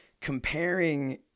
comparing